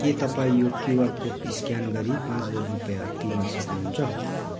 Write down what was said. के तपाईँ यो क्युआर कोड स्क्यान गरी पाँच हजार रुपियाँ तिर्न सक्नुहुन्छ